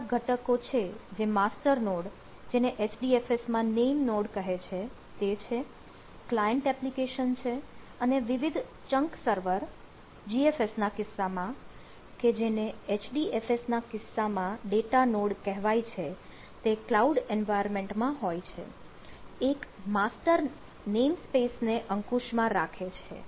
અહીં કેટલાક ઘટકો છે જે માસ્ટર નોડ જેને HDFS માં નેમ નોડ કહે છે તે છે ક્લાઈન્ટ એપ્લિકેશન છે અને વિવિધ ચંક સર્વર ને અંકુશમાં રાખે છે